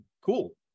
cool